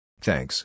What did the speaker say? Thanks